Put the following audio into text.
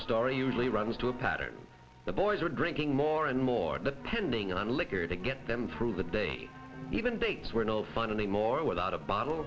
story usually runs to a pattern the boys are drinking more and more depending on liquor to get them through the day even dates were no fun anymore without a bottle